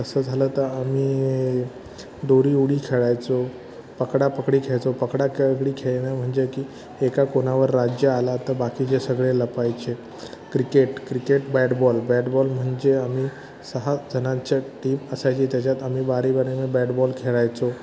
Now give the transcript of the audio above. तसं झालं तर आम्ही दोरी उडी खेळायचो पकडापकडी खेळायचो पकडा खेळडी खेळणं म्हणजे की एका कोणावर राज्य आला तर बाकीचे सगळे लपायचे cricket cricket bat ball bat ball म्हणजे आम्ही सहाजणांच्या टीम असायची त्याच्यात आम्ही बारीबारीनं बॅट बॉल खेळायचो